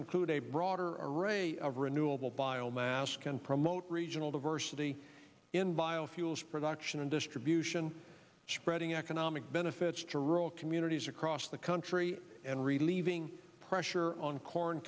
include a broader array of renewable bio mass can promote regional diversity in biofuels production and distribution spreading economic benefits to rural communities across the country and relieving pressure on corn